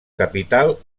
capital